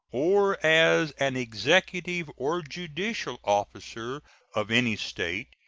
or as an executive or judicial officer of any state,